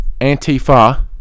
Antifa